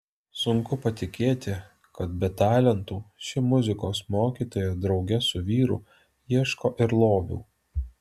sunku patikėti kad be talentų ši muzikos mokytoja drauge su vyru ieško ir lobių